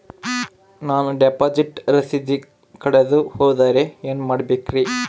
ನಾನು ಡಿಪಾಸಿಟ್ ರಸೇದಿ ಕಳೆದುಹೋದರೆ ಏನು ಮಾಡಬೇಕ್ರಿ?